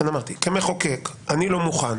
כמחוקק אני לא מוכן